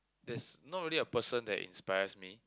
there's not really a person that inspires me